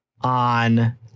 on